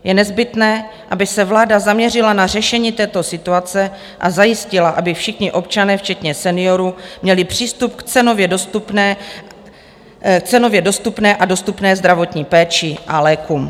Je nezbytné, aby se vláda zaměřila na řešení této situace a zajistila, aby všichni občané včetně seniorů měli přístup k cenově dostupné a dostupné zdravotní péči a lékům.